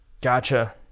gotcha